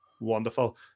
wonderful